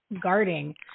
guarding